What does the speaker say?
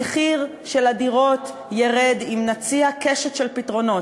המחיר של הדירות ירד אם נציע קשת של פתרונות,